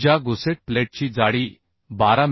ज्या गुसेट प्लेटची जाडी 12 मि